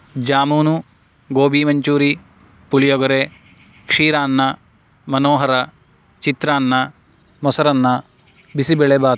जामुनु गोबी मञ्चुरी पुलियगरे क्षीरान्नम् मनोहरम् चित्रान्नम् मोसरन्नम् बिसिबळेबात्